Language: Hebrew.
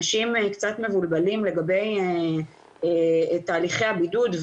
אנשים קצת מבולבלים לגבי תהליכי הבידוד,